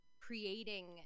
creating